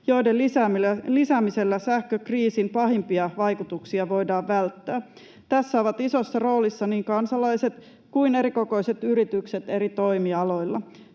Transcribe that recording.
joiden lisäämisellä sähkökriisin pahimpia vaikutuksia voidaan välttää. Tässä ovat isossa roolissa niin kansalaiset kuin erikokoiset yritykset eri toimialoilla.